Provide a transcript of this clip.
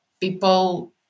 people